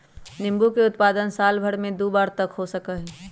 नींबू के उत्पादन साल भर में दु बार तक हो सका हई